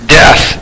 death